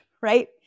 right